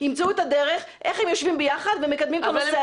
ימצאו את הדרך איך הם יושבים ביחד ומקדמים את הנושא הזה.